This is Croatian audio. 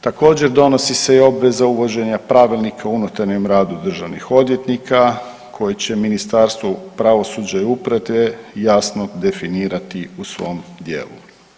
Također donosi se i obveza uvođenja Pravilnika o unutarnjem radu državnih odvjetnika koji će Ministarstvo pravosuđa i uprave te jasno definirati u svom dijelu.